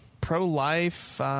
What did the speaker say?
pro-life